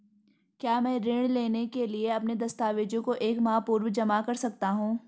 क्या मैं ऋण लेने के लिए अपने दस्तावेज़ों को एक माह पूर्व जमा कर सकता हूँ?